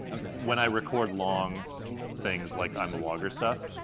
okay. when i record long things like i'm a vlogger stuff,